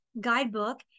guidebook